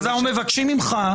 אנחנו מבקשים ממך,